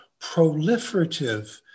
proliferative